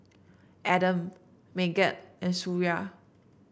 Adam Megat and Suria